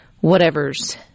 whatever's